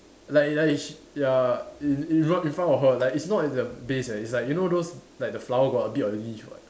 like like ya ya in in fr~ in front of her like it's not in the vase leh it's like you know those like the flower got a bit of leaf [what]